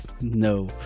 No